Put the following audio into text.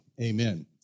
amen